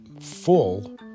full